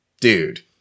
Dude